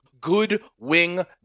good-wing